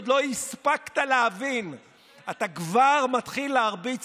עוד לא הספקת להבין ואתה כבר מתחיל להרביץ